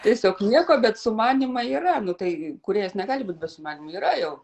tiesiog nieko bet sumanymai yra nu tai kūrėjas negali būt be sumanymų yra jau